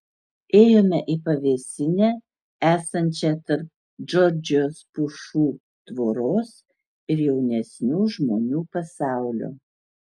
ėjome į pavėsinę esančią tarp džordžijos pušų tvoros ir jaunesnių žmonių pasaulio